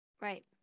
right